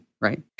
right